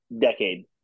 decade